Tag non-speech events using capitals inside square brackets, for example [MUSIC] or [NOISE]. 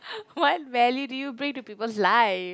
[LAUGHS] what value do you bring to people's life